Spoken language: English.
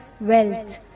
wealth